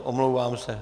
Omlouvám se.